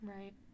Right